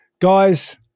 guys